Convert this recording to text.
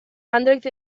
android